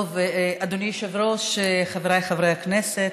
אדוני היושב-ראש, חבריי חברי הכנסת,